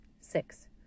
Six